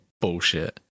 bullshit